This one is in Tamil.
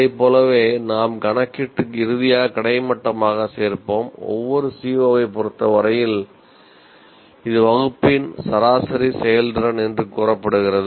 அதைப் போலவே நாம் கணக்கிட்டு இறுதியாக கிடைமட்டமாகச் சேர்ப்போம் ஒவ்வொரு CO ஐப் பொறுத்தவரையில் இது வகுப்பின் சராசரி செயல்திறன் என்று கூறப்படுகிறது